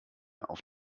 auf